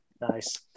Nice